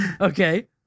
Okay